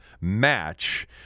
match